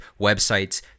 websites